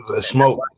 smoke